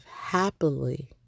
happily